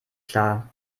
klar